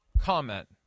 comment